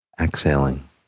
Exhaling